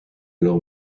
leurs